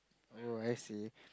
oh I see